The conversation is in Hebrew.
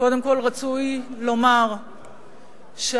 קודם כול רצוי לומר שההשתתפות